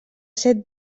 set